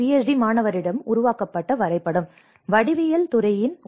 D மாணவரிடமிருந்து உருவாக்கப்பட்ட வரைபடம் வடிவியல் துறையின் உதவி